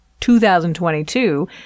2022